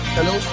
Hello